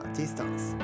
distance